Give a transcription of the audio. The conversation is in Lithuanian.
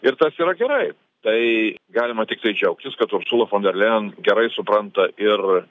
ir tas yra gerai tai galima tiktai džiaugtis kad ursula fon der lejen gerai supranta ir